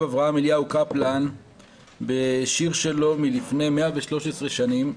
אברהם אליהו קפלן בשיר שלו מלפני 113 שנים,